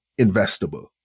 investable